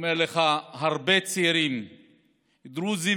אומר לך, הרבה צעירים בישראל,